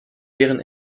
deren